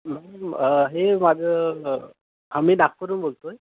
ma'am हे माझं आम्ही नागपूरहून बोलतो आहे